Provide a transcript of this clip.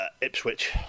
Ipswich